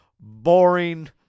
boring